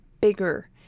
bigger